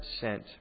sent